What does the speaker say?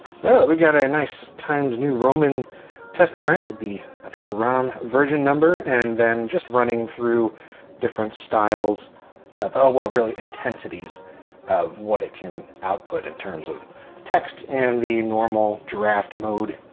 so we got a nice times new roman test print would be i think the rom version number and then just running through different styles of how well really intensities of what it can output in terms of text and the normal draft mode.